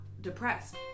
depressed